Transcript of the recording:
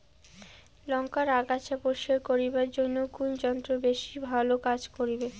লংকার আগাছা পরিস্কার করিবার জইন্যে কুন যন্ত্র বেশি ভালো কাজ করিবে?